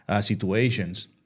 situations